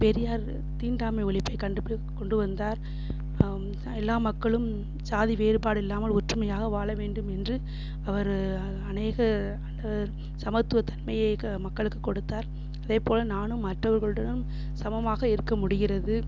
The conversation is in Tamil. பெரியார் தீண்டாமை ஒழிப்பை கண்டு கொண்டுவந்தார் எல்லா மக்களும் ஜாதி வேறுபாடு இல்லாமல் ஒற்றுமையாக வாழ வேண்டும் என்று அவர் அநேக சமத்துவ தன்மையை மக்களுக்கு கொடுத்தார் அதேபோல நானும் மற்றவர்களுடன் சமமாக இருக்க முடிகிறது